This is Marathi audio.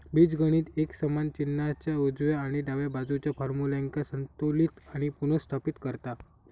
बीजगणित एक समान चिन्हाच्या उजव्या आणि डाव्या बाजुच्या फार्म्युल्यांका संतुलित आणि पुनर्स्थापित करता